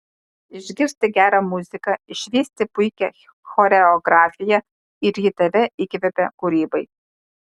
išgirsti gerą muziką išvysti puikią choreografiją ir ji tave įkvepia kūrybai